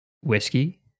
whiskey